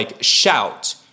shout